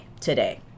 today